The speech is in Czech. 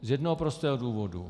Z jednoho prostého důvodu.